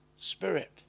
spirit